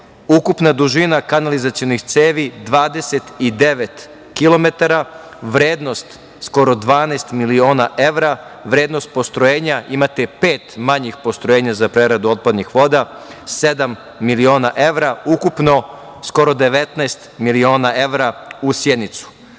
ukupna dužina kanalizacionih cevi 29 kilometara, vrednost skoro 12 miliona evra. Vrednost postrojenja, imate pet manjih postrojenja za preradu otpadnih voda, sedam miliona evra, ukupno skoro 19 miliona evra u Sjenicu. Tutin,